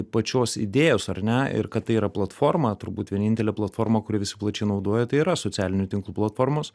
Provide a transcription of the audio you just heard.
pačios idėjos ar ne ir kad tai yra platforma turbūt vienintelė platforma kurią visi plačiai naudoja tai yra socialinių tinklų platformos